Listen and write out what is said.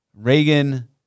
Reagan